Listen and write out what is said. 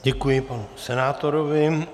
Děkuji panu senátorovi.